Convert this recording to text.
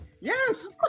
yes